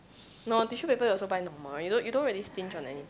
no tissue paper you also buy normal you don't you don't really stinge on any